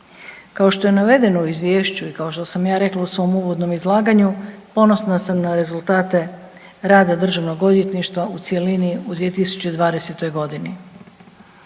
Kao što je navedeno u izvješću i kao što sam ja rekla u svom uvodnom izlaganju, ponosna sam na rezultate rada državnog odvjetništva u cjelini u 2020.g.